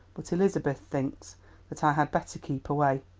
but elizabeth thinks that i had better keep away.